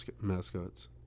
mascots